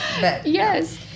Yes